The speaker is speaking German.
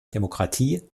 demokratie